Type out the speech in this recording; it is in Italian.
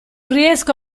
riesco